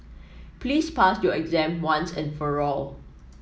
please pass your exam once and for all